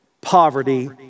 poverty